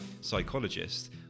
psychologist